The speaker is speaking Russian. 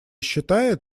считает